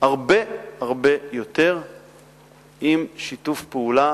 הרבה הרבה יותר עם שיתוף פעולה